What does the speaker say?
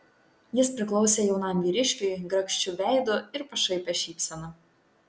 jis priklausė jaunam vyriškiui grakščiu veidu ir pašaipia šypsena